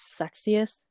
sexiest